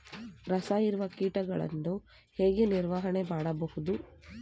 ರಸ ಹೀರುವ ಕೀಟಗಳನ್ನು ಹೇಗೆ ನಿರ್ವಹಣೆ ಮಾಡಬಹುದು?